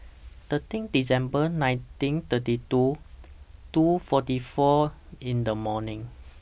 thirteen December nineteen thirty two two forty four in The morning